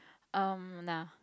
um nah